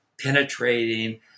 penetrating